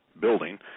building